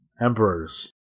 emperors